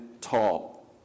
tall